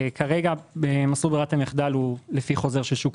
כרגע מסלול ברירת המחדל הוא לפי חוזר של שוק